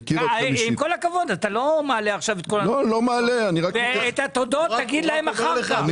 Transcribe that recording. את התודות תגיד להם אחר כך.